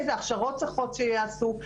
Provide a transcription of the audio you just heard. איזה הכשרות צריכות שייעשו,